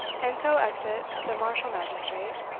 and so exit the martial magistrate,